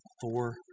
four